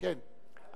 אדוני היושב-ראש,